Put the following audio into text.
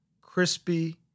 crispy